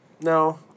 No